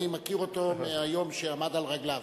אני מכיר אותו מהיום שעמד על רגליו.